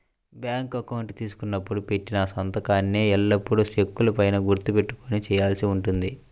bank account తీసుకున్నప్పుడు పెట్టిన సంతకాన్నే ఎల్లప్పుడూ చెక్కుల పైన గుర్తు పెట్టుకొని చేయాల్సి ఉంటుంది